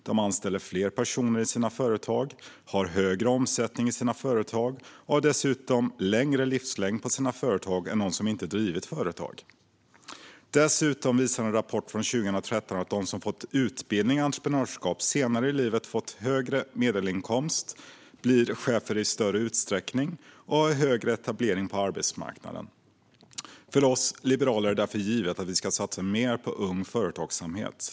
De anställer fler personer i sina företag, har högre omsättning i sina företag och har dessutom längre livslängd på sina företag än de som inte har drivit företag. Dessutom visar en rapport från 2013 att de som fått utbildning i entreprenörskap får högre medelinkomst senare i livet. De blir också chefer i större utsträckning och har högre etablering på arbetsmarknaden. För oss liberaler är det därför givet att vi ska satsa mer på Ung Företagsamhet.